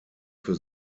für